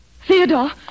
theodore